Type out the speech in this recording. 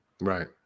right